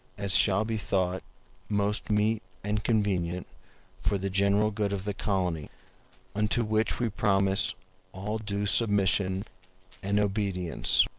as shall be thought most meet and convenient for the general good of the colony unto which we promise all due submission and obedience,